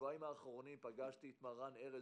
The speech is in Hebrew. השבועיים האחרונים פגשתי את מר רן ארז,